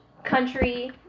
country